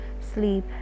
sleep